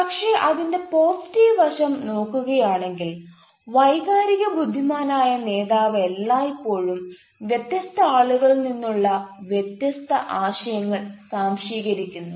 പക്ഷേ അതിന്റെ പോസിറ്റീവ് വശം നോക്കുകയാണെങ്കിൽ വൈകാരിക ബുദ്ധിമാനായ നേതാവ് എല്ലായ്പ്പോഴും വ്യത്യസ്ത ആളുകളിൽ നിന്നുള്ള വ്യത്യസ്ത ആശയങ്ങൾ സ്വാംശീകരിക്കുന്നു